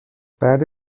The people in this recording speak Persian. بعد